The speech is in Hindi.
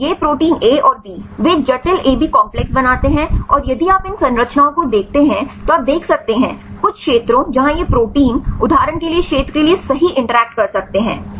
तो ये प्रोटीन ए और बी वे जटिल एबी काम्प्लेक्स बनाते हैं और यदि आप इन संरचनाओं को देखते हैं तो आप देख सकते है कुछ क्षेत्रों जहां ये प्रोटीन उदाहरण के लिए इस क्षेत्र के लिए सही इंटरैक्ट कर सकते हैं